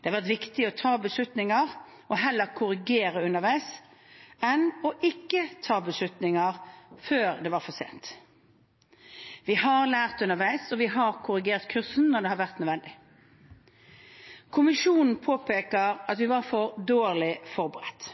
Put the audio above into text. Det har vært viktig å ta beslutninger og heller korrigere underveis, enn ikke å ta beslutninger før det var for sent. Vi har lært underveis, og vi har korrigert kursen når det har vært nødvendig. Kommisjonen påpeker at vi var for dårlig forberedt.